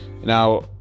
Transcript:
now